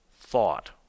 thought